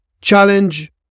challenge